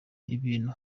ibintu